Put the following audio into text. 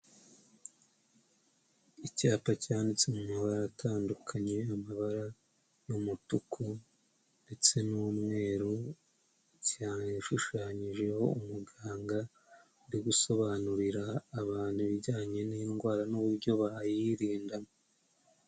Icyapa cyanditse mumabara atandukanye amabara y'umutuku ndetse n'umweru cyana shushanyijweho umuganga uri gusobanurira abantu ibijyanye n'indwara n'uburyo bayirindamo.